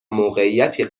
موقعیتی